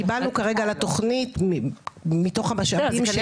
קיבלנו כרגע לתוכנית מתוך המשאבים שיש לנו --- בסדר,